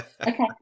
Okay